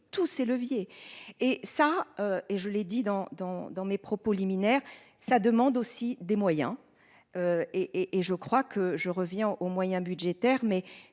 tous ces leviers et ça et je l'ai dit dans dans dans mes propos liminaire, ça demande aussi des moyens. Et, et je crois que je reviens aux moyens budgétaires mais